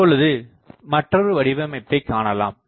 இப்பொழுது மற்றொரு வடிவமைப்பை காணலாம்